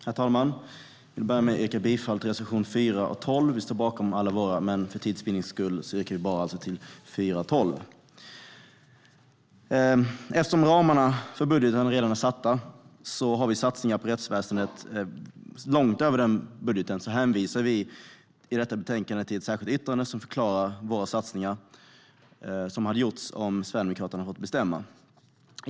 Herr talman! Jag vill börja med att yrka bifall till reservationerna 4 och 12. Vi står bakom alla våra reservationer, men för tids vinnande yrkar vi bara bifall till dessa reservationer. Eftersom ramarna för budgeten redan är satta och vi har satsningar på rättsväsendet långt över denna budget hänvisar vi till ett särskilt yttrande i betänkandet där våra satsningar förklaras, satsningar som hade gjorts om vi sverigedemokrater hade fått bestämma.